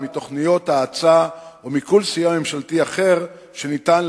מתוכניות האצה או מכל סיוע ממשלתי אחר שניתן